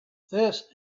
this